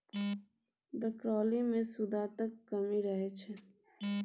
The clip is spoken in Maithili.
ब्रॉकली मे सुआदक कमी रहै छै